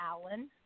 Alan